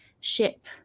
ship